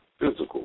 physical